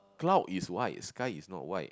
cloud is white sky is not white